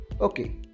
Okay